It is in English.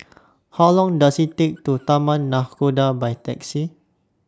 How Long Does IT Take to Taman Nakhoda By Taxi